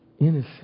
innocent